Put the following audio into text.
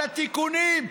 על התיקונים,